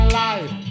life